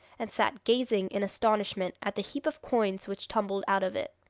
and sat gazing in astonishment at the heap of coins which tumbled out of it.